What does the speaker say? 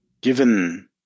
Given